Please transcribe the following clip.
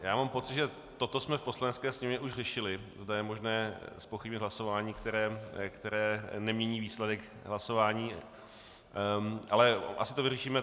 Já mám pocit, že toto jsme v Poslanecké sněmovně už řešili, zda je možné zpochybnit hlasování, které nemění výsledek hlasování, ale asi to vyřešíme...